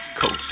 Coast